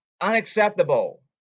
unacceptable